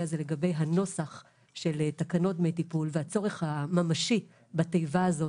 זה לגבי הנוסח של תקנות דמי טיפול והצורך הממשי בתיבה הזאת,